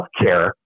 healthcare